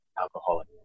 alcoholic